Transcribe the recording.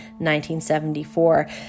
1974